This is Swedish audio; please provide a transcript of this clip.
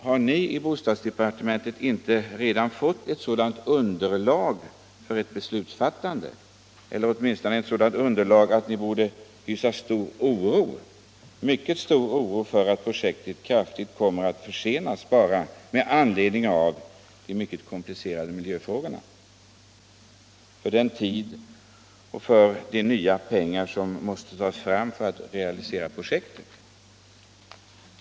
Har ni i bostadsdepartementet inte redan fått fram så mycket av underlaget för ett beslutsfattande att ni hyser oro för att projektet kraftigt kommer att försenas bara med anledning av de mycket komplicerade miljöproblemen och den tid och de pengar som krävs för att lösa dem innan projektet realiseras?